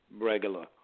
regular